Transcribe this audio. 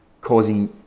causing